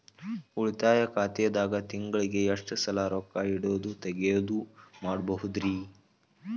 ಉಳಿತಾಯ ಖಾತೆದಾಗ ತಿಂಗಳಿಗೆ ಎಷ್ಟ ಸಲ ರೊಕ್ಕ ಇಡೋದು, ತಗ್ಯೊದು ಮಾಡಬಹುದ್ರಿ?